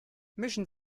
mischen